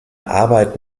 arbeit